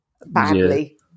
badly